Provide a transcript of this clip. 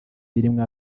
birimo